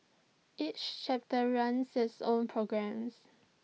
each chapter runs its own programmes